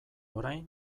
orain